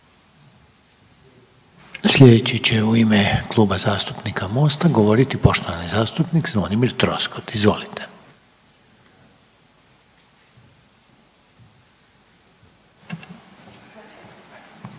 Slijedeći će u ime Kluba zastupnika Mosta govoriti poštovani zastupnik Zvonimir Troskot, izvolite.